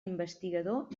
investigador